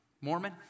Mormon